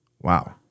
Wow